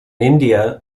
india